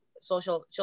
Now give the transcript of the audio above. social